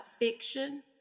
fiction